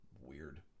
Weird